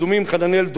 מלאכי לוינגר,